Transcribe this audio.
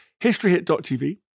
historyhit.tv